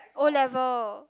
O-level